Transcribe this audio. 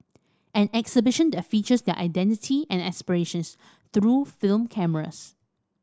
an exhibition that features their identity and aspirations through film cameras